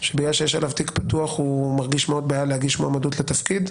שבגלל שיש עליו תיק פתוח הוא מרגיש שזוהי בעיה להגיש מועמדות לתפקיד?